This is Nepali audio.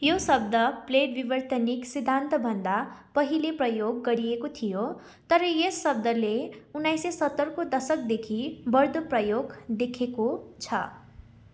यो शब्द प्लेट विवर्तनिक सिद्धान्तभन्दा पहिले प्रयोग गरिएको थियो तर यस शब्दले उन्नाइससय सत्तरको दशकदेखि बढ्दो प्रयोग देखेको छ